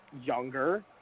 younger